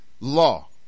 law